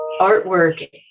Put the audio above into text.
artwork